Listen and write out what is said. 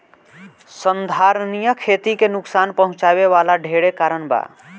संधारनीय खेती के नुकसान पहुँचावे वाला ढेरे कारण बा